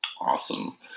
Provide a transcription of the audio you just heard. awesome